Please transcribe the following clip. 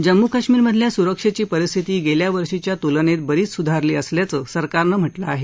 जम्मू कश्मीर मधल्या सुरक्षेची परिस्थिती गेल्या वर्षीच्या तुलनेत बरीच सुधारली असल्याचं सरकारनं म्हटलं आहे